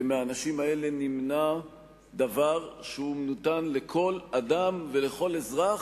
ומהאנשים האלה נמנע דבר שניתן לכל אדם ולכל אזרח,